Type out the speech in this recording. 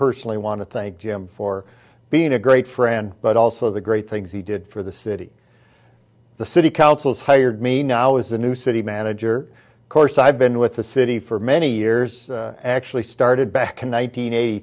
personally want to thank him for being a great friend but also the great things he did for the city the city council's hired me now is the new city manager of course i've been with the city for many years actually started back in one nine hundred eighty